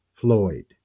Floyd